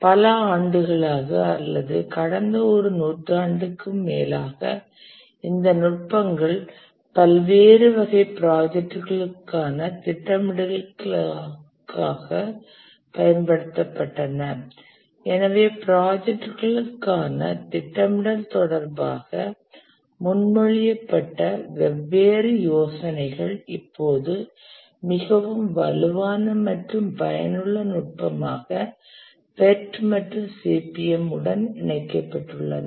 பல ஆண்டுகளாக அதாவது கடந்த ஒரு நூற்றாண்டுக்கும் மேலாக இந்த நுட்பங்கள் பல்வேறு வகை ப்ராஜெக்ட்களுக்கான திட்டமிடலுக்காக பயன்பட்டன ப்ராஜெக்ட்களுக்கான திட்டமிடல் தொடர்பாக முன்மொழியப்பட்ட வெவ்வேறு யோசனைகள் இப்போது மிகவும் வலுவான மற்றும் பயனுள்ள நுட்பமாக PERT மற்றும் CPM உடன் இணைக்கப்பட்டுள்ளன